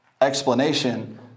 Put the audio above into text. explanation